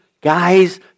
guys